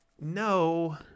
no